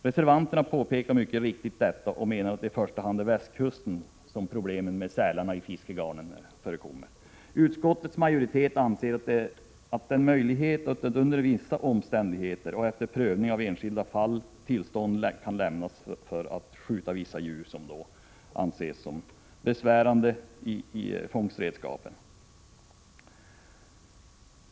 Reservanterna påpekar mycket riktigt detta och menar att det i första hand är på västkusten som problemet med säl i fiskegarnen finns. Utskottets majoritet anser att möjlighet finns att under vissa omständigheter och efter prövning av enskilda fall lämna tillstånd till att vissa djur skjuts för att hindra skador på fångst och redskap.